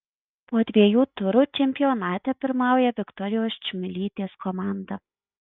po dviejų turų čempionate pirmauja viktorijos čmilytės komanda